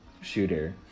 shooter